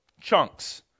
chunks